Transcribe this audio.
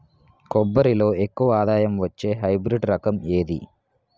కొబ్బరి లో ఎక్కువ ఆదాయం వచ్చే హైబ్రిడ్ రకం ఏది?